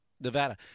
Nevada